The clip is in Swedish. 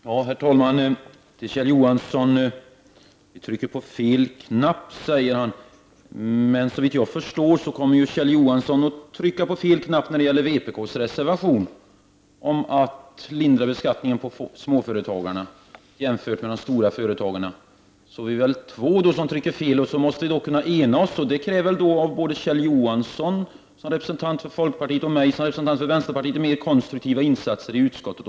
Herr talman! Kjell Johansson säger att vi trycker på fel knapp. Såvitt jag förstår så kommer Kjell Johansson att trycka på fel knapp när det gäller vpk:s reservation om att lindra beskattningen för småföretagarna jämfört med de stora företagarna. Vi är väl då två som trycker fel, och som måste kunna enas. Det kräver både av Kjell Johansson, som representant för folkpartiet, och av mig, som representant för vänsterpartiet, mer konstruktiva insatser i utskottet.